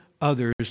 others